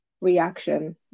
reaction